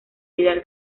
líder